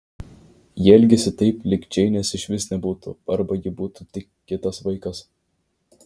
ji elgėsi taip lyg džeinės išvis nebūtų arba ji būtų tik kitas vaikas